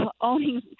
owning